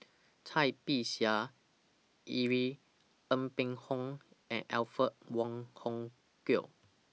Cai Bixia Irene Ng Phek Hoong and Alfred Wong Hong Kwok